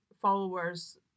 followers